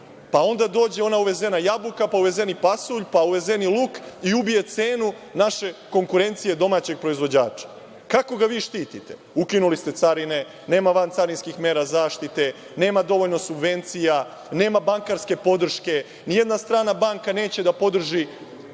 pa onda dođe ona uvezena jabuka, pa uvezeni pasulj, pa uvezeni luk, i ubije cenu naše konkurencije domaćeg proizvođača. Kako ga vi štitite? Ukinuli ste carine, nema vancarinskih mera zaštite, nema dovoljno subvencija, nema bankarske podrške, nijedna strana banka neće da podrži